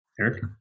Eric